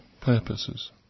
purposes